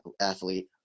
athlete